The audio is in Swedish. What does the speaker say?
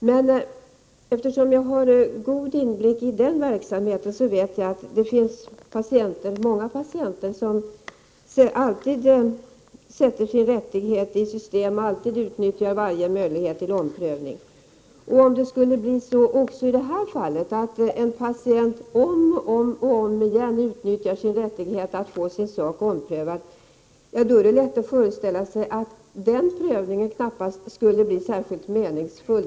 Men eftersom jag har god inblick i den verksamheten, vet jag att det finns många patienter som sätter sina rättigheter i system och utnyttjar varje möjlighet till omprövning. Om det även i detta fall skulle bli så att en patient om och om igen utnyttjar sin rättighet att få sin sak prövad är det lätt att föreställa sig att den prövningen knappast skulle bli särskilt meningsfull.